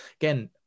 again